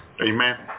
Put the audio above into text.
amen